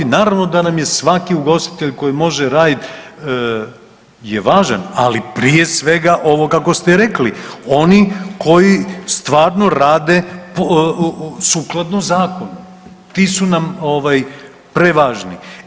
Naravno da nam je svaki ugostitelj koji može radit je važan, ali prije svega ovo kako ste rekli, oni koji stvarno rade sukladno zakonu, ti su nam prevažni.